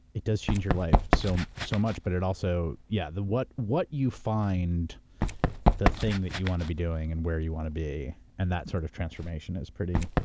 it does change your life so so much but it also, yeah what what you find the thing that you want to be doing and where you want to be and that sort of transformation is pretty.